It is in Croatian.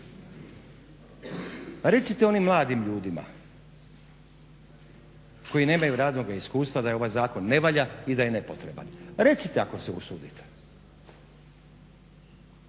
Recite onim mladim ljudima koji nemaju radnog iskustva da ovaj zakon ne valja i da je nepotreban, recite ako se usudite.